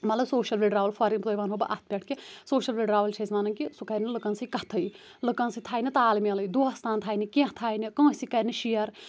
مطلَب social withdrawal for example وَنہو بہٕ اَتھ پٮ۪ٹھ کہِ سوشل وِڈرٛاوَل چھِ أسۍ وَنان کہِ سُہ کَرِ نہٕ لُکَن سۭتۍ کَتھےٕ لُکَن سۭتۍ تھایہِ نہٕ تال میلےٕ دوستان تھاے نہٕ کیٚنٛہہ تھاے نہٕ کٲنٛسہِ سۭتۍ کَرِ نہٕ شیر